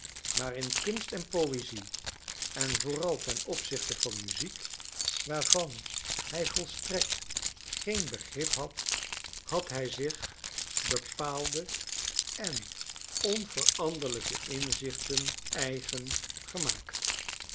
maar in kunst en poëzie en vooral ten opzichte van muziek waarvan hij volstrekt geen begrip had had hij zich bepaalde en onveranderlijke inzichten eigen gemaakt